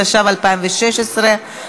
התשע"ו 2016,